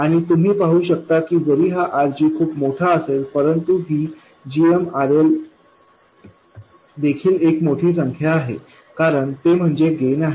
आणि तुम्ही पाहू शकता की जरी हा RG खूप मोठा असेल परंतु ही gmRL देखील एक मोठी संख्या आहे कारण ते म्हणजे गेन आहे